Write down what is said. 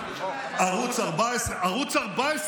ערוץ 14. ערוץ 14,